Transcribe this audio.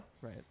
Right